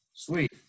Sweet